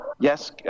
Yes